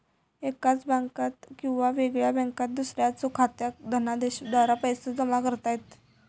एकाच बँकात किंवा वेगळ्या बँकात दुसऱ्याच्यो खात्यात धनादेशाद्वारा पैसो जमा करता येतत